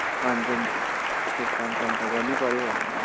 अन्त नि यसो कामसाम त गर्नैपऱ्यो भनेर